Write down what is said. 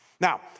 Now